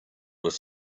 with